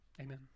Amen